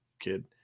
kid